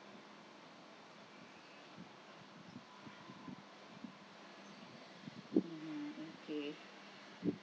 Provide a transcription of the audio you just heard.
okay